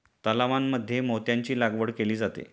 तलावांमध्ये मोत्यांची लागवड केली जाते